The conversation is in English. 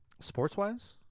Sports-wise